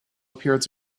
appeared